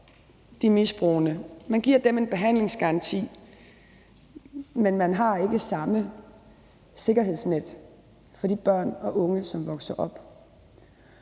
misbrugerne – man giver dem en behandlingsgaranti – men at man ikke har samme sikkerhedsnet for de børn og unge, som vokser op